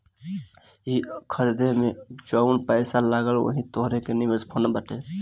ऊ खरीदे मे जउन पैसा लगल वही तोहर निवेश फ़ंड बाटे